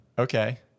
Okay